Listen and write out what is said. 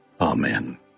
Amen